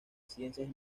ciencias